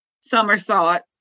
somersault